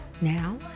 Now